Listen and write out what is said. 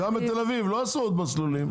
גם בתל אביב, לא עשו עוד מסלולים.